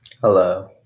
hello